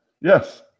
Yes